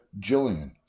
Jillian